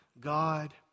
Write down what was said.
God